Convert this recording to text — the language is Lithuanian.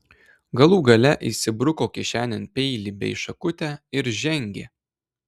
galų gale įsibruko kišenėn peilį bei šakutę ir žengė